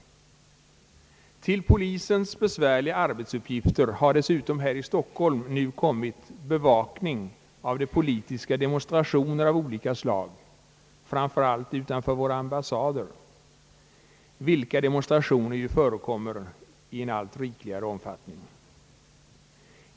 Till polisens besvärliga arbetsuppgifter har dessutom här i Stockholm nu kommit bevakning av politiska demonstrationer av olika slag, framför allt utanför ambassaderna här i staden, vilka demonstrationer ju förekommer allt oftare.